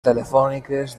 telefòniques